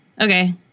okay